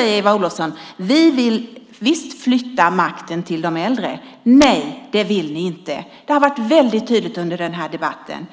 Eva Olofsson säger: Vi vill visst flytta makten till de äldre. Nej, det vill ni inte! Det har varit tydligt under debatten.